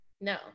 No